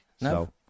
No